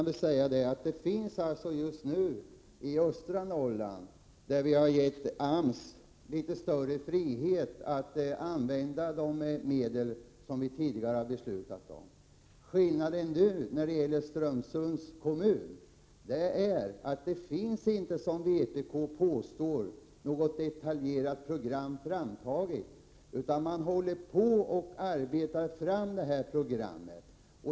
I östra Norrland har vi givit AMS litet större frihet att använda de medel som vi tidigare har anslagit, Jan Jennehag. Skillnaden mot Strömsunds kommun är att det inte, som vpk påstår, finns något detaljerat program framtaget. Man arbetar nu med att ta fram ett sådant program.